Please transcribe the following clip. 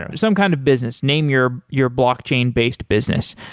and some kind of business, name your your blockchain-based business,